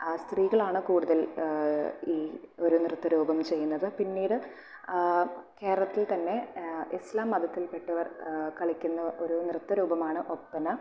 സ്ത്രീകളാണ് കൂടുതൽ ഈ ഒരു നൃത്ത രൂപം ചെയ്യുന്നത് പിന്നീട് കേരളത്തിൽ തന്നെ ഇസ്ലാം മതത്തിൽ പെട്ടവർ കളിക്കുന്ന ഒരു നൃത്ത രൂപമാണ് ഒപ്പന